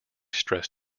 stress